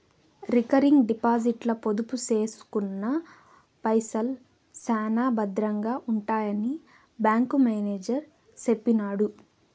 recurring డిపాజిట్ల పొదుపు సేసుకున్న పైసల్ శానా బద్రంగా ఉంటాయని బ్యాంకు మేనేజరు సెప్పినాడు